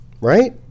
right